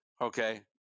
Okay